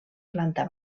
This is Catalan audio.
planta